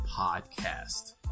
podcast